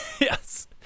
Yes